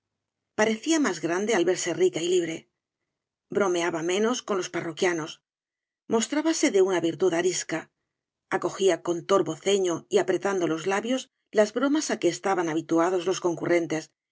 parecía más grande al verse rica y libre bromeaba menos con los parroquianos mostrábase de una virtud arisca acogía con torva ceño y apretando los labios las bromas á que estaban habituados los concurrentes